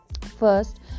first